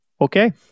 Okay